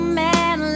man